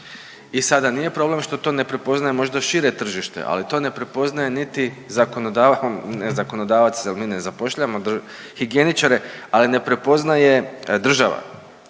I sada, nije problem što to ne prepoznaje možda šire tržište, ali to ne prepoznaje niti zakonoda…, zakonodavac, mi ne zapošljavamo higijeničare, ali ne prepoznaje država